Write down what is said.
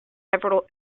several